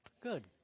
Good